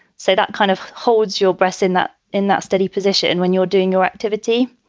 so that kind of holds your breasts in that in that steady position when you're doing your activity.